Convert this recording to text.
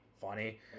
funny